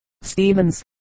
Stevens